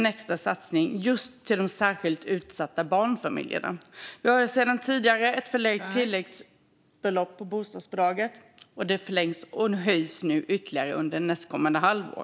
Detta kanske ledamoten har noterat under dagen. Vi har sedan tidigare ett förlängt tilläggsbelopp till bostadsbidraget, och det höjs nu ytterligare under nästkommande halvår.